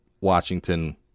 Washington